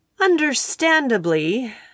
Understandably